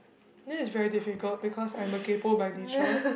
this is very difficult because I'm a kaypo by nature